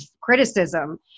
criticism